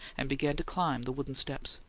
and began to climb the wooden steps.